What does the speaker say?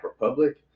republic